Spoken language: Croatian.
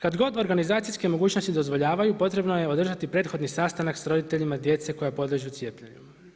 Kad god organizacijske mogućnosti dozvoljavaju, potrebno je održati prethodni sastanak sa roditeljima djece koja podliježu cijepljenju.